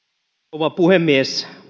rouva puhemies